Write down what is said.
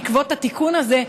בעקבות התיקון הזה,